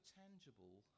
tangible